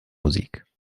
musik